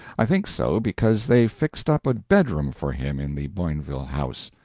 i think so because they fixed up a bedroom for him in the boinville house.